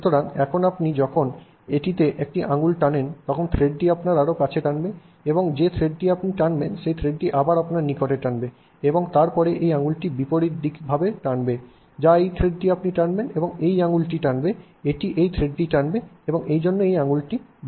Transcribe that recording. সুতরাং এখন আপনি যখন এটিতে একটি আঙুল টানেন তখন থ্রেডটি আপনার আরও কাছে টানবে এবং যে থ্রেডটি আপনি টানবেন এই থ্রেডটিকে আবার আপনার নিকটে টানবে এবং তারপরে এই আঙুলটি বিপরীতভাবে টানবে বা এই থ্রেডটি আপনি টানবেন এটি এই আঙুলটি টানবে এটি এই থ্রেডটিকে টানবে এবং সেইজন্য এটি আঙুলটি বক্র করবে